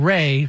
Ray